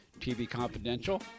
tvconfidential